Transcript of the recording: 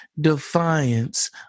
defiance